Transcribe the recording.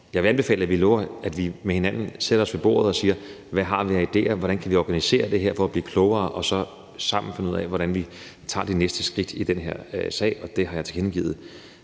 jeg vil anbefale, at vi lover hinanden, at vi sætter os ved bordet og siger: Hvad har vi af idéer, og hvordan vi kan organisere det her for at blive klogere? Og så kan vi sammen finde ud af, hvordan vi tager det næste skridt i den her sag. Det har jeg tilkendegivet